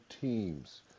teams